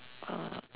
oh